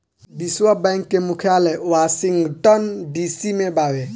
विश्व बैंक के मुख्यालय वॉशिंगटन डी.सी में बावे